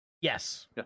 Yes